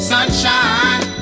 Sunshine